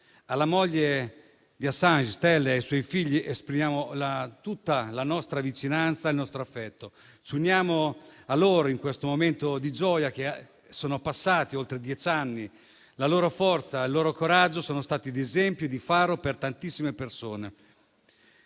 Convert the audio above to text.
Alla moglie di Assange, Stella, e ai suoi figli esprimiamo tutta la nostra vicinanza e il nostro affetto. Ci uniamo a loro in questo momento di gioia. Sono passati oltre dieci anni e la loro forza e il loro coraggio sono stati un esempio e un faro per tantissime persone.